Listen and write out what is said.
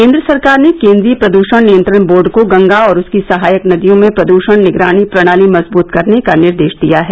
केन्द्र सरकार ने केन्द्रीय प्रदृषण नियंत्रण बोर्ड को गंगा और उसकी सहायक नदियों में प्रदृषण निगरानी प्रणाली मजबृत करने का निर्देश दिया है